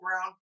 ground